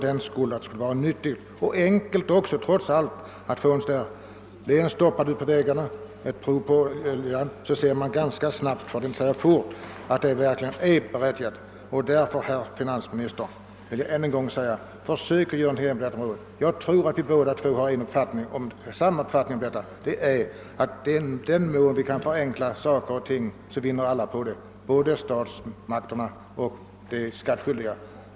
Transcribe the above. Det vore nyttigt, och systemet är också enkelt. Man kan stoppa vederbörande ute på vägar na och ta ett prov på oljan — då ser man snabbt hur det förhåller sig. Därför, herr finansminister, vill jag återigen säga: Försök att göra någonting även på detta område! Jag tror att vi båda två har samma uppfattning om detta, nämligen att i den mån vi kan förenkla saker och ting vinner alla på det, både statsmakterna och de skattskyldiga.